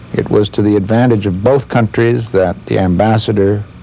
it was to the advantage of both countries that the ambassador,